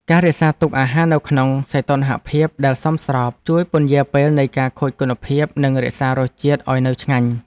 ការរក្សាទុកអាហារនៅក្នុងសីតុណ្ហភាពដែលសមស្របជួយពន្យារពេលនៃការខូចគុណភាពនិងរក្សារសជាតិឱ្យនៅឆ្ងាញ់។